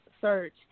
search